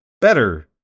better